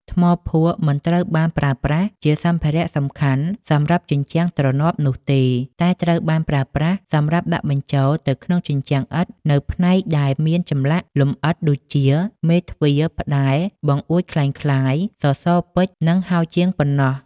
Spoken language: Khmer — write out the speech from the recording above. ថ្មភក់មិនត្រូវបានប្រើប្រាស់ជាសម្ភារៈសំខាន់សម្រាប់ជញ្ជាំងទ្រនាប់នោះទេ តែត្រូវបានប្រើប្រាស់សម្រាប់ដាក់បញ្ចូលទៅក្នុងជញ្ជាំងឥដ្ឋនូវផ្នែកដែលមានចម្លាក់លម្អិតដូចជា មេទ្វារ ផ្តែរ បង្អួចក្លែងក្លាយ សសរពេជ្រ និងហោជាងបុណ្ណោះ។